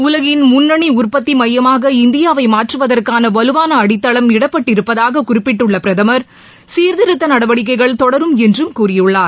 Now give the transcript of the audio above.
உலகின் முன்னணிஉற்பத்திமையமாக இந்தியாவைமாற்றுவதற்கானவலுவானஅடித்தளம் இடப்பட்டிருப்பதாககுறிப்பிட்டுள்ளபிரதமர் சீர்த்திருத்த நடவடிக்கைகள் தொடரும் என்றும் கூறியுள்ளார்